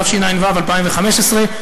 התשע"ו 2015,